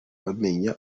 bemeye